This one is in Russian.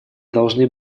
должны